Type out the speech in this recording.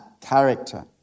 character